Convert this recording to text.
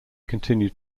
continued